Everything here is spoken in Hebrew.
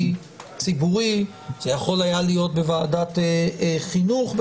זה יכול היה להיות בוועדת חינוך,